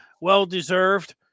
Well-deserved